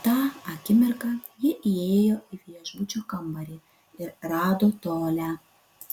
tą akimirką jie įėjo į viešbučio kambarį ir rado tolią